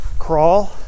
crawl